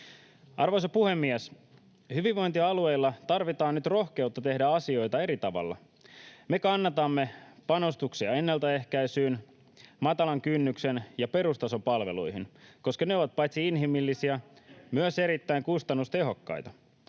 Arvoisa puhemies! Hyvinvointialueilla tarvitaan nyt rohkeutta tehdä asioita eri tavalla. Me kannatamme panostuksia ennalta ehkäisyyn, matalan kynnyksen ja perustason palveluihin, koska ne ovat paitsi inhimillisiä myös erittäin kustannustehokkaita.